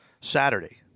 Saturday